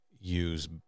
use